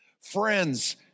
Friends